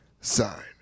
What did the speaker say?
Sign